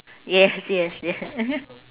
yes yes ye~